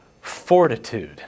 fortitude